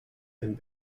and